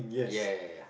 ya ya ya